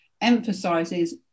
emphasizes